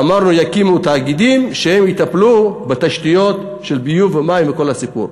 אמרנו: יקימו תאגידים והם יטפלו בתשתיות של ביוב ומים וכל הסיפור.